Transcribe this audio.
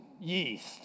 yeast